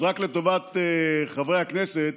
אז לטובת חברי הכנסת